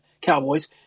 Cowboys